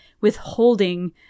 withholding